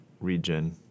region